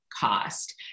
cost